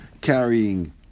carrying